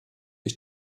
ich